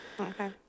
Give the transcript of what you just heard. okay